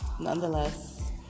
Nonetheless